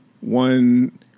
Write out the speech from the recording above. One